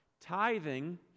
tithing